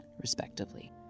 respectively